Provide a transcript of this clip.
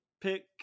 pick